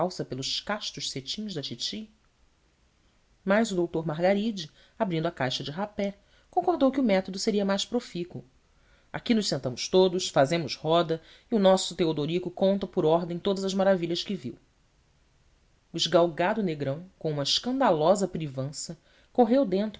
calça pelos castos cetins da titi mas o doutor margaride abrindo a caixa de rapé concordou que o método seria mais profícuo aqui nos sentamos todos fazemos roda e o nosso teodorico conta por ordem todas as maravilhas que viu o esgalgado negrão com uma escandalosa privança correu dentro